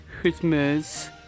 Christmas